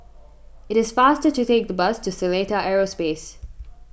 it is faster to take the bus to Seletar Aerospace